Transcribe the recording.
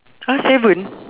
[huh] seven